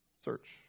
search